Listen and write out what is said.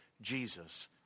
Jesus